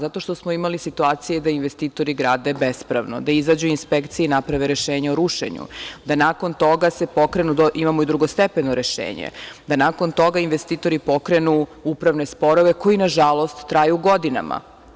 Zato što smo imali situacije da investitori grade bespravno, da izađu inspekcije i naprave rešenje o rušenju, da nakon toga pokrenu, imamo i drugostepeno rešenje, da investitori pokrenu upravne sporove koji nažalost traju godinama.